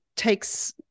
takes